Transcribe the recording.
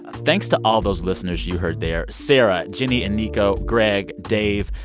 thanks to all those listeners you heard there sarah, jenny and nico, greg, dave,